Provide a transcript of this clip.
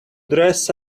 dress